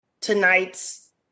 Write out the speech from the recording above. tonight's